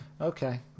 Okay